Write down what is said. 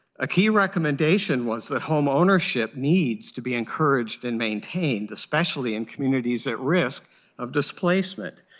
a key recommendation was that homeownership needs to be encouraged and maintain, especially in communities at risk of rsjdisplacement.